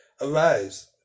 arise